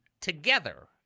together